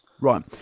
Right